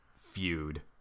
feud